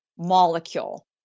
Molecule